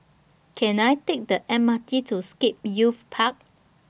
Can I Take The M R T to Scape Youth Park